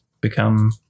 become